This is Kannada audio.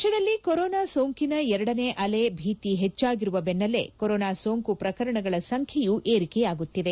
ದೇಶದಲ್ಲಿ ಕೊರೊನಾ ಸೋಂಕಿನ ಎರಡನೇ ಅಲೆ ಭೀತಿ ಹೆಚ್ಚಾಗಿರುವ ಬೆನ್ನಲ್ಲೇ ಕೊರೊನಾ ಸೋಂಕು ಪ್ರಕರಣಗಳ ಸಂಖ್ಯೆಯೂ ಏರಿಕೆಯಾಗುತ್ತಿದೆ